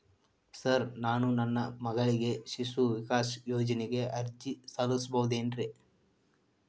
Sir ನಾನು ನನ್ನ ಮಗಳಿಗೆ ಶಿಶು ವಿಕಾಸ್ ಯೋಜನೆಗೆ ಅರ್ಜಿ ಸಲ್ಲಿಸಬಹುದೇನ್ರಿ?